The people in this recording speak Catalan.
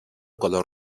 color